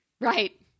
Right